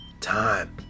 time